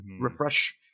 refresh